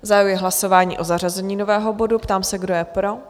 Zahajuji hlasování o zařazení nového bodu a ptám se, kdo je pro?